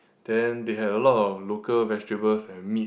then they have a lot of local vegetables and meat